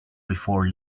before